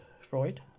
Freud